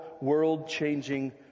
world-changing